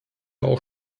auch